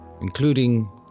including